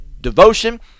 devotion